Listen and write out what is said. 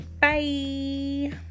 Bye